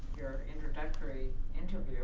introductory interview